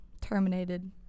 Terminated